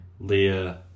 Leah